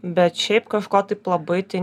bet šiaip kažko taip labai tai